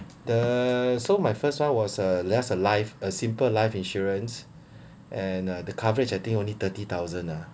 the so my first one was a less a life a simple life insurance and uh the coverage I think only thirty thousand uh